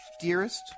Dearest